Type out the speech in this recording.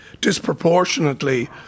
disproportionately